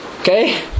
okay